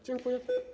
Dziękuję.